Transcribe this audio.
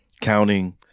counting